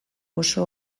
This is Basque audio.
oso